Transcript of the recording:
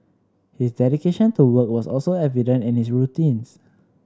his dedication to work was also evident in his routines